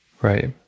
Right